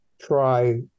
try